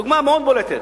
דוגמה מאוד בולטת: